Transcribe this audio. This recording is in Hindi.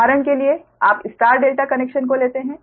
उदाहरण के लिए आप स्टार डेल्टा कनेक्शन को लेते हैं